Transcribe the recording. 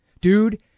Dude